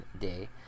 day